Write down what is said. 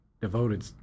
devoted